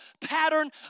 pattern